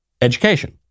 education